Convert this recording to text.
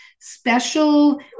special